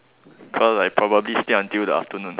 cause like probably stay until the afternoon